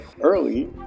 early